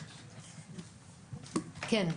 כן,